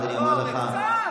לא הרבה, קצת.